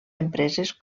empreses